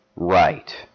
right